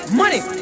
money